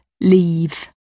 leave